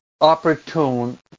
opportune